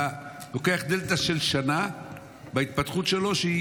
אתה לוקח דלתא של חצי שנה בהתפתחות שלו,